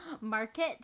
market